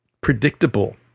predictable